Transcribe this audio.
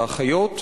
האחיות,